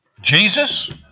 Jesus